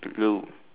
blue